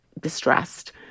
distressed